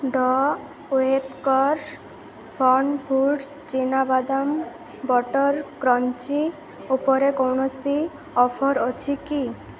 ଡ Oetker fun foods ଚିନା ବାଦାମ butter crunchy ଉପରେ କୌଣସି ଅଫର୍ ଅଛି କି